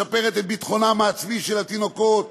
"משפרת את ביטחונם העצמי של התינוקות.